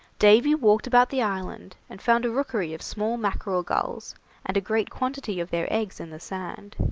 davy walked about the island, and found a rookery of small mackerel-gulls and a great quantity of their eggs in the sand.